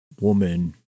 woman